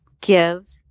Give